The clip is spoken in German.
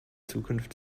zukunft